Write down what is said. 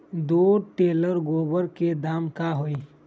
दो टेलर गोबर के दाम का होई?